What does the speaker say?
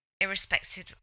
irrespective